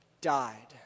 Died